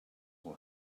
will